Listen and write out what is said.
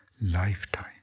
lifetime